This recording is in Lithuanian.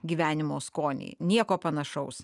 gyvenimo skonį nieko panašaus